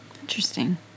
interesting